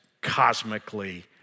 cosmically